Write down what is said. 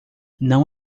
não